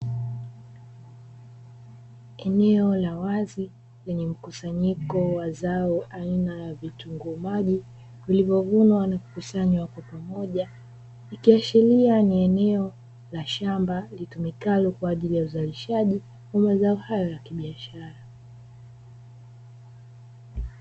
Eneo la wazi lenye mkusanyiko wa zao aina ya vitunguu maji vilivyovunwa na kukusanywa kwa pamoja, ikiashiria ni eneo la shamba litumikalo kwa ajili ya uzalishaji wa mazao hayo ya biashara.